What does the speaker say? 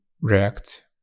react